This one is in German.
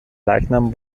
leichnam